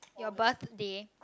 your birthday